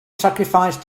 sacrifice